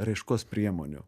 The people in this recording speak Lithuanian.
raiškos priemonių